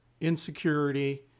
insecurity